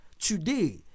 today